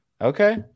Okay